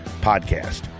podcast